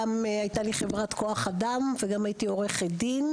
גם הייתה לי חברת כוח אדם וגם הייתי עורכת דין,